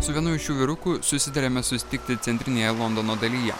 su vienu iš šių vyrukų susitarėme susitikti centrinėje londono dalyje